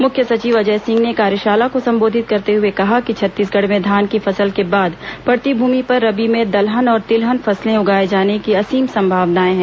मुख्य सचिव अजय सिंह ने कार्यशाला को संबोधित करते हुए कहा कि छत्तीसगढ़ में धान की फसल के बाद पड़ती भूमि पर रबी में दलहन और तिलहन फसलें उगाये जाने की असीम संभावनाएं हैं